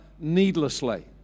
needlessly